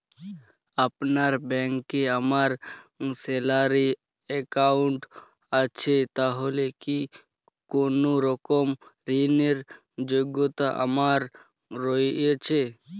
আপনার ব্যাংকে আমার স্যালারি অ্যাকাউন্ট আছে তাহলে কি কোনরকম ঋণ র যোগ্যতা আমার রয়েছে?